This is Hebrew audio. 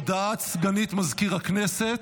הודעת סגנית מזכיר הכנסת.